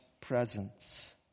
presence